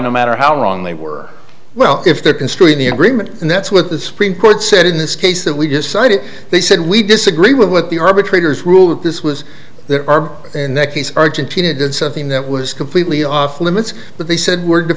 no matter how wrong they were well if that constrain the agreement and that's what the supreme court said in this case that we decided they said we disagree with what the arbitrators rule that this was there are in that case argentina did something that was completely off limits but they said we're